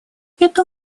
это